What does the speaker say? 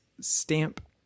stamp